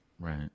Right